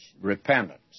repentance